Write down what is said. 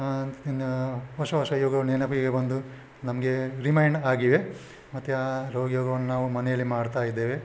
ಇನ್ನ ಹೊಸ ಹೊಸ ಯೋಗಗಳು ನೆನಪಿಗೆ ಬಂದು ನಮಗೆ ರಿಮೈಂಡ್ ಆಗಿವೆ ಮತ್ತೆ ಆ ಯೋಗವನ್ನು ನಾವು ಮನೆಯಲ್ಲಿ ಮಾಡ್ತಾಯಿದ್ದೇವೆ